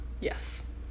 yes